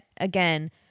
again